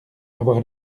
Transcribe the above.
avoir